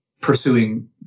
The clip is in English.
pursuing